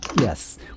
yes